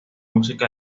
mucha